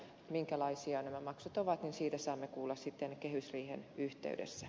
minkälaisia nämä maksut ovat siitä saamme kuulla sitten kehysriihen yhteydessä